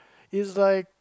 it's like